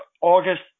August